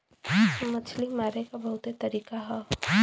मछरी मारे के बहुते तरीका हौ